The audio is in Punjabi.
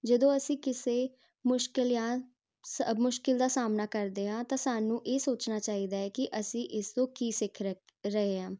ਜਦੋਂ ਅਸੀਂ ਕਿਸੇ ਮੁਸ਼ਕਿਲ ਜਾਂ ਸ ਮੁਸ਼ਕਿਲ ਦਾ ਸਾਹਮਣਾ ਕਰਦੇ ਹਾਂ ਤਾਂ ਸਾਨੂੰ ਇਹ ਸੋਚਣਾ ਚਾਹੀਦਾ ਹੈ ਕਿ ਅਸੀਂ ਇਸ ਤੋਂ ਕੀ ਸਿੱਖ ਰਹੇ ਰਹੇ ਹਾਂ